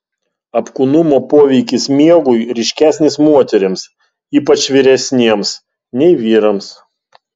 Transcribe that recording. apkūnumo poveikis miegui ryškesnis moterims ypač vyresnėms nei vyrams